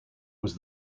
was